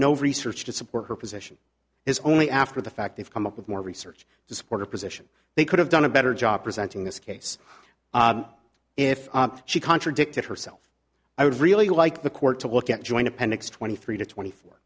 no research to support her position has only after the fact they've come up with more research to support a position they could have done a better job presenting this case if she contradicted herself i would really like the court to look at joint appendix twenty three to twenty four